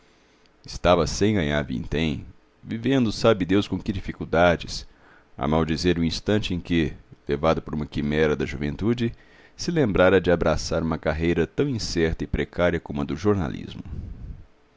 estava sem ganhar vintém vivendo sabe deus com que dificuldades a maldizer o instante em que levado por uma quimera da juventude se lembrara de abraçar uma carreira tão incerta e precária como a do jornalismo